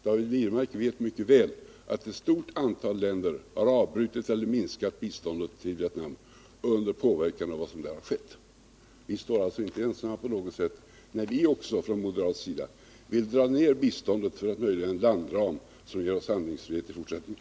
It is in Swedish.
David Wirmark vet mycket väl att ett stort antal länder har avbrutit eller minskat sitt bistånd till Vietnam under påverkan av vad som där har skett. Vi moderater står alltså inte ensamma på något sätt, när vi vill dra ned biståndet för att möjliggöra en landram, som ger oss handlingsfrihet i fortsättningen.